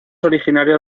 originario